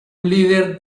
líder